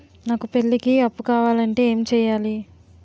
నాకు పెళ్లికి అప్పు కావాలంటే ఏం చేయాలి?